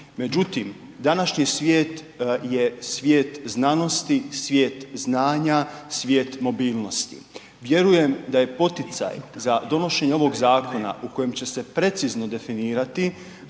Međutim, današnji svijet je svijet znanosti, svijet znanja, svijet mobilnosti. Vjerujem da je poticaj za donošenje ovoga zakona u kojem će se precizno definirati